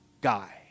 guy